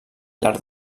llarg